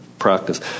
practice